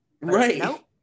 right